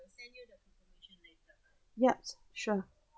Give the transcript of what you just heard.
yup sure